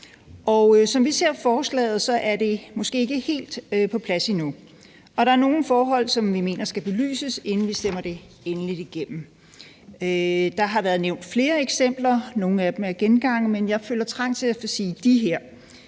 Som vi ser forslaget, er det måske ikke helt på plads endnu. Der er nogle forhold, som vi mener skal belyses, inden vi stemmer det endeligt igennem. Der har været nævnt flere eksempler, nogle af dem er gengangere, men jeg føler trang til at skulle sige »de« her.